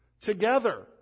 together